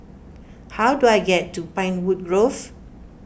how do I get to Pinewood Grove